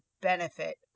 benefit